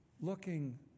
looking